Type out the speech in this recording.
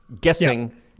guessing